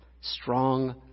strong